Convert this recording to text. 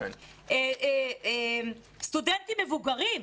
סטודנטים מבוגרים,